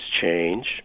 change